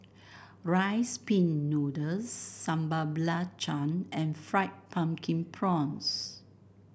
Rice Pin Noodles Sambal Belacan and Fried Pumpkin Prawns